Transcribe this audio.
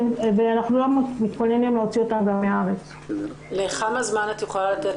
ואנחנו לא מתכוננים להוציא אותן מהארץ לכמה זמן את יכולה לתת